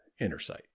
Intersight